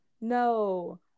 no